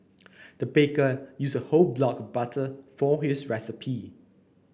the baker used a whole block butter for this recipe